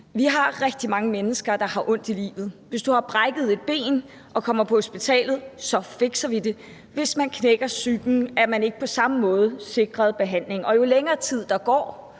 Vi har rigtig mange mennesker, der har ondt i livet. Hvis du har brækket et ben og kommer på hospitalet, fikser vi det. Hvis man knækker psyken, er man ikke på samme måde sikret behandling, og jo længere tid der går,